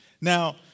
Now